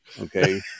okay